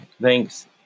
thanks